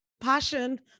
passion